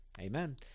amen